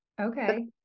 Okay